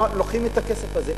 לוקחים את הכסף הזה,